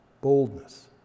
Boldness